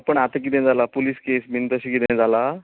पूण आतां किदें जाला पुलीस केस बीन तशें किदें जालां